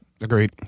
Agreed